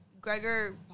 Gregor